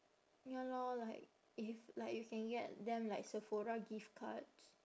ya lor like if like you can get them like sephora gift cards